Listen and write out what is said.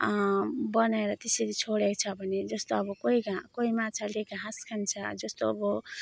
बनेर अब त्यसरी छोडेछ भने जस्तो अब कोही घा कोही माछाले घाँस खान्छ जस्तो अब